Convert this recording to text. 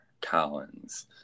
collins